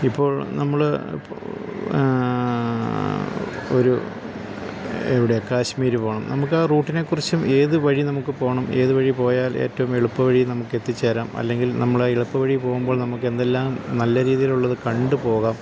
ഇപ്പോൾ നമ്മള് ഒരു എവിടെയാ കാശ്മീര് പോകണം നമുക്ക് ആ റൂട്ടിനെക്കുറിച്ചും ഏത് വഴി നമുക്ക് പോകണം ഏത് വഴി പോയാൽ ഏറ്റവും എളുപ്പവഴി നമുക്കെത്തിച്ചേരാം അല്ലെങ്കിൽ നമ്മള് എളുപ്പ വഴി പോകുമ്പോൾ നമുക്ക് എന്തെല്ലാം നല്ല രീതീലുള്ളത് കണ്ട് പോകാം